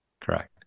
Correct